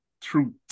truth